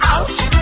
Ouch